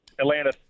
Atlanta